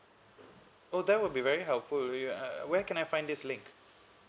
oh that will be very helpfully uh where can I find this link